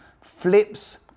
Flips